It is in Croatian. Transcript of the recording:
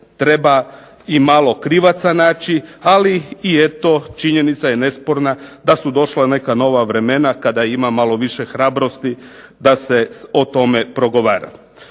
treba i malo krivaca naći, ali i eto činjenica je nesporna da su došla neka nova vremena kada ima malo više hrabrosti da se o tome progovara.